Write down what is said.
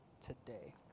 today